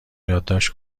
یادداشت